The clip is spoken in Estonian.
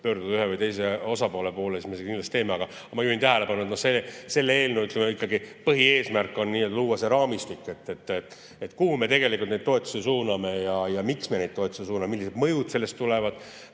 pöörduda ühe või teise osapoole poole, siis me seda kindlasti teeme. Aga ma juhin tähelepanu, et selle eelnõu põhieesmärk on luua raamistik, kuhu me tegelikult neid toetusi suuname ja miks me neid toetusi suuname, millised mõjud sellest tulenevad,